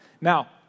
Now